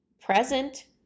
present